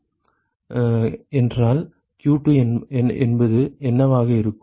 q2 என்றால் q2 என்பது என்னவாக இருக்கும்